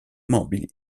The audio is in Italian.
mobili